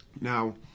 Now